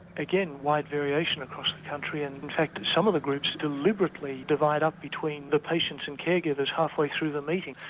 again wide variation across the country and in fact some of the groups deliberately divide up between the patients and care givers halfway through the meeting.